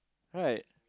right